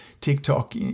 TikTok